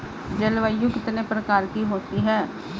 जलवायु कितने प्रकार की होती हैं?